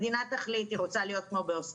יש מדינות שדוגמות רק מגעים מאוד מאוד הדוקים